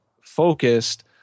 focused